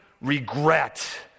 regret